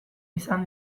izan